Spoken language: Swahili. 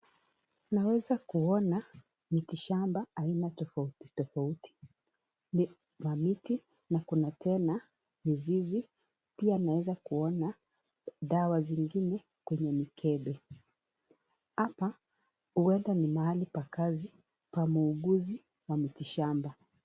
Naweza kuona mitishamba aina tofauti tofauti, mamiti na kuna tena mizizi, pia naweza kuona dawa zingine kwenye mkebe. Hapa huenda ni mahali pa kazi pa muuguzi wa mitishamba